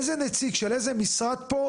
איזה נציג של איזה משרד פה,